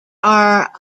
are